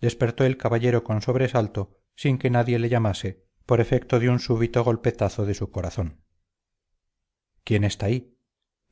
despertó el caballero con sobresalto sin que nadie le llamase por efecto de un súbdito golpetazo de su corazón quién está ahí